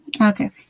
okay